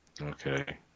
Okay